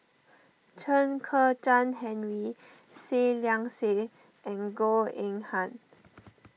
Chen Kezhan Henri Seah Liang Seah and Goh Eng Han